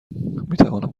میتوانم